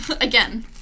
Again